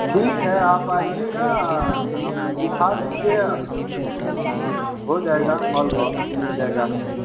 ठीक है आप आइएगा हम दिखा देंगे हो जाएगा मोल भाव से मिल जाएगा आपको